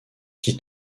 qui